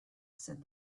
said